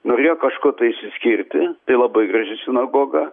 norėjo kažkuo tai išsiskirti tai labai graži sinagoga